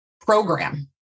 program